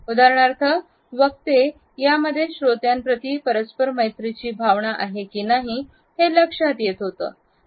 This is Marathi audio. उदाहरणार्थ वक्ते यामध्ये श्रोत्यांनाप्रति परस्पर मैत्रीची भावना आहे की नाही ते लक्षात येत होते